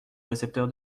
récepteur